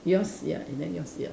yours ya and then yours ya